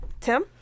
Tim